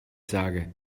sage